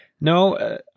No